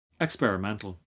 experimental